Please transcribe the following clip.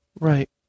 Right